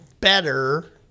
better